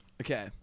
Okay